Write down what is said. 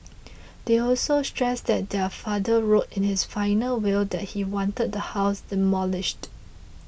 they also stressed that their father wrote in his final will that he wanted the house demolished